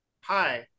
Hi